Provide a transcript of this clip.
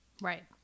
right